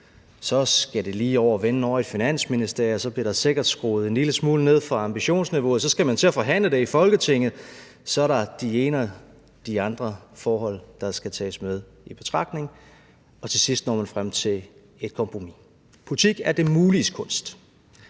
Så skal det lige over og vende i Finansministeriet, og så bliver der sikkert skruet en lille smule ned for ambitionsniveauet, og så skal man til at forhandle det i Folketinget, og så er der det ene og det andet forhold, der skal tages med i betragtning. Og til sidst når man frem til et kompromis. Politik er det muliges kunst.